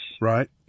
Right